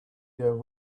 there